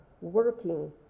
working